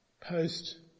post